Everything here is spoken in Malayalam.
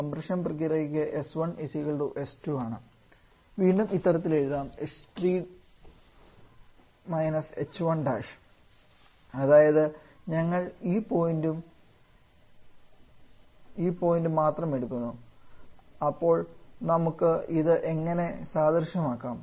കംപ്രഷൻ പ്രക്രിയയ്ക്ക് s1 s2 വീണ്ടും ഇത്തരത്തിൽ എഴുതാം h3 − h1 അതായത് ഞങ്ങൾ ഈ പോയിന്റും ഈ മാത്രം എടുക്കുന്നു അപ്പോൾ നമുക്ക് ഇത് എങ്ങനെ സാദൃശ്യം ആക്കാം